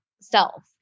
self